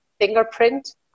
fingerprint